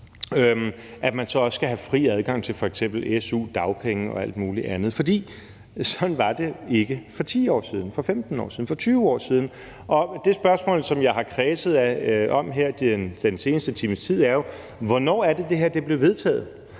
at man så også skal have fri adgang til f.eks. su, dagpenge og alt muligt andet, for sådan var det ikke for 10 år siden, for 15 år siden, for 20 år siden. Det spørgsmål, som jeg har kredset om her den seneste times tid, er, hvornår det her blev vedtaget.